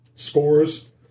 Scores